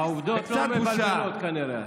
העובדות לא מבלבלות, כנראה.